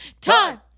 time